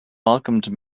welcomed